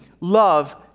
love